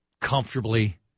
comfortably